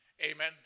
Amen